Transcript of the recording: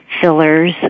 fillers